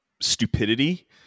stupidity